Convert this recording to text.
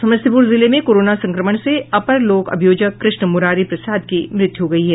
समस्तीपुर जिले में कोरोना संक्रमण से अपर लोक अभियोजक कृष्ण मुरारी प्रसाद की मृत्यू हो गयी है